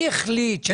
מי החליט?